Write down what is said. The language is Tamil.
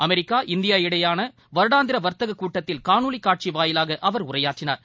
அமெரிக்கா இந்தியா இடையேயான வருடாந்திர வர்த்தகக் கூட்டத்தில் காணொலி காட்சி வாயிலாக அவர் உரையாற்றினார்